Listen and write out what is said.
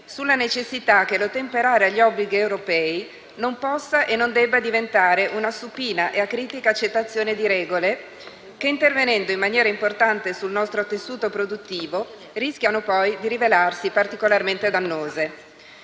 sulla necessità che l'ottemperare agli obblighi europei non possa e non debba diventare una supina e acritica accettazione di regole che, intervenendo in maniera importante sul nostro tessuto produttivo, rischiano poi di rivelarsi particolarmente dannose.